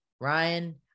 Ryan